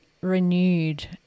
renewed